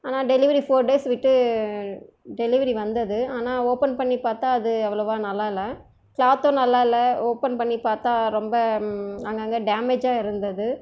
ஆனால் delivery four days விட்டு delivery வந்தது ஆனால் ஓபன் பண்ணி பார்த்தா இது அவ்வளோவா நல்லா இல்லை க்ளாத்து நல்லாயில்ல ஓபன் பண்ணி பார்த்தா ரொம்ப அங்கங்கே டேமேஜ்ஜாக இருந்தது